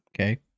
okay